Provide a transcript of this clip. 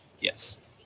Yes